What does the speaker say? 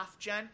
HalfGen